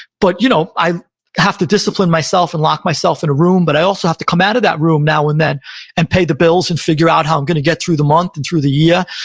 but you know i have to discipline myself and lock myself in a room, but i also have to come out of that room now and then and pay the bills and figure out how i'm going to get through the month and through the year.